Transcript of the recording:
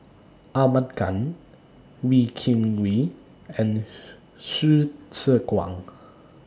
Ahmad Khan Wee Kim Wee and Hsu Tse Kwang